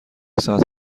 ساعت